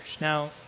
Now